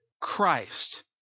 Christ